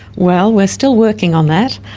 well, we're still working on that,